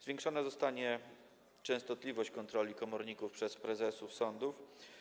Zwiększona zostanie częstotliwość kontroli komorników przez prezesów sądów.